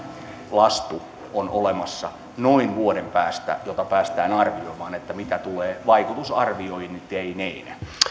lasku on olemassa noin vuoden päästä jolloin sitä päästään arvioimaan vaikutusarviointeineen